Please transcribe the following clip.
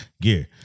gear